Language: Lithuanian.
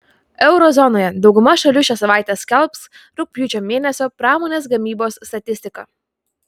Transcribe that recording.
euro zonoje dauguma šalių šią savaitę skelbs rugpjūčio mėnesio pramonės gamybos statistiką